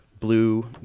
blue